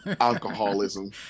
alcoholism